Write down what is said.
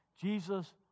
Jesus